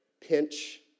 pinch